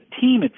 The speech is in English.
team